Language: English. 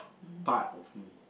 part of me